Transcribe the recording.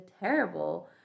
terrible